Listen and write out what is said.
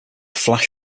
flash